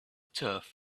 turf